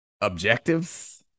objectives